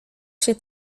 się